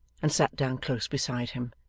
and sat down close beside him.